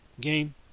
game